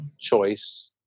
choice